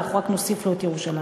אנחנו רק נוסיף לו את ירושלים.